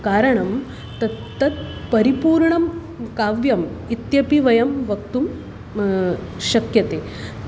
कारणं तत् तत् परिपूर्णं काव्यम् इत्यपि वयं वक्तुं शक्यते